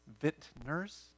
Vintners